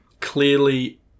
clearly